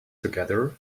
together